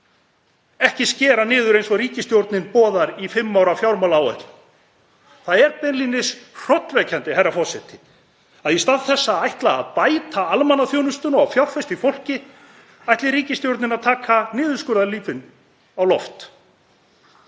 ekki skera niður eins og ríkisstjórnin boðar í fimm ára fjármálaáætlun. Það er beinlínis hrollvekjandi, herra forseti, að í stað þess að ætla að bæta almannaþjónustuna og fjárfesta í fólki ætli ríkisstjórnin að hefja niðurskurðarhnífinn á loft.